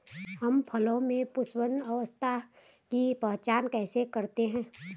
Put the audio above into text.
हम फसलों में पुष्पन अवस्था की पहचान कैसे करते हैं?